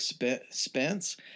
expense